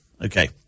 Okay